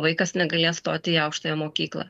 vaikas negalės stoti į aukštąją mokyklą